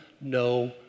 no